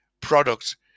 product